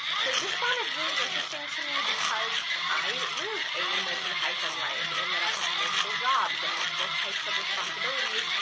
so this sounded really interesting to me because i live a multi-hyphen life in that i have multiple jobs and multiple types of responsibilities,